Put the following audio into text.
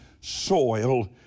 soil